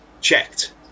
checked